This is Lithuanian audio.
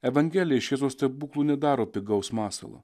evangelija iš šitų stebuklų nedaro pigaus masalo